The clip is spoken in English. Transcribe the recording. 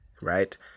right